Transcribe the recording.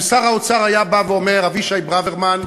אם שר האוצר היה בא ואומר: אבישי ברוורמן,